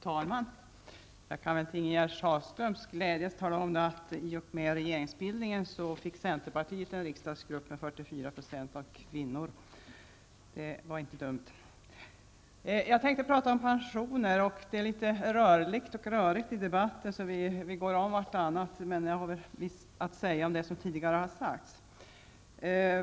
Fru talman! Jag kan till Ingegerd Sahlströms glädje tala om att i och med regeringsbildningen fick centerpartiet en riksdagsgrupp med 44 % kvinnor. Det var väl inte dumt. Jag tänkte tala om pensioner. Det är litet rörligt och rörigt i debatten. Vi går om vartannat, men jag har något visst att säga om det som tidigare har sagts.